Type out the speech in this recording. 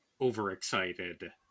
overexcited